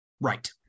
Right